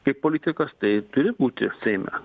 kaip politikas tai turi būti seime